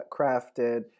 crafted